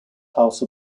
house